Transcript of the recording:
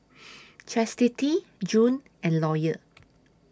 Chastity June and Lawyer